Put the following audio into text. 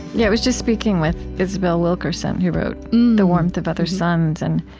yeah was just speaking with isabel wilkerson, who wrote the warmth of other suns, and